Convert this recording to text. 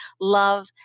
love